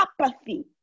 apathy